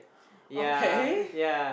yeah yeah